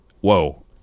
Whoa